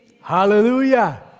Hallelujah